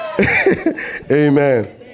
Amen